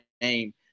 name